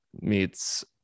meets